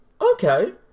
Okay